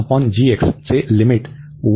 तर येथे या चे लिमिट 1 येत आहे